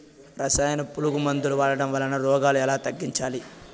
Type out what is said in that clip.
రసాయన పులుగు మందులు వాడడం వలన రోగాలు ఎలా తగ్గించాలి?